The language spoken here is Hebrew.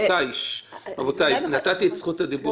--- רבותי, נתתי את זכות הדיבור.